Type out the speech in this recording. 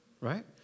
right